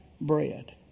bread